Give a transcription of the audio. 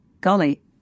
golly